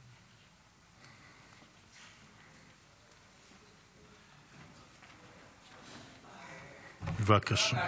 בבקשה.